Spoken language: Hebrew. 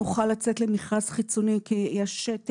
נוכל לצאת למכרז חיצוני כי יש לנו